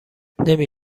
نمی